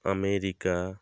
America